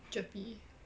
GERPE